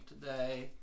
today